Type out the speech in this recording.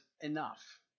enough